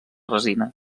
resina